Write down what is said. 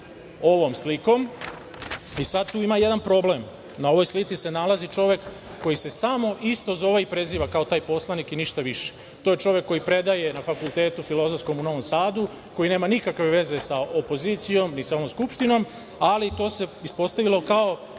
ovom slikom i sada tu ima jedan problem. Na ovoj slici se nalazi čovek koji se samo isto zove i preziva kao taj poslanik i ništa više. To je čovek koji predaje na Fakultetu filozofskom u Novom Sadu, koji nema nikakve veze sa opozicijom i sa ovom Skupštinom, ali to se ispostavilo kao